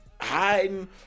hiding